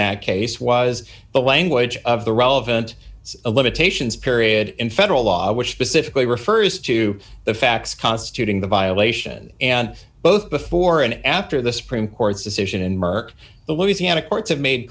that case was the language of the relevant it's a limitations period in federal law which specifically refers to the facts constituting the violation and both before and after the supreme court's decision and merck the louisiana courts have made